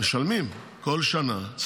משלמים כל שנה,